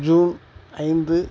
June ஐந்து